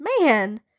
man